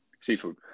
seafood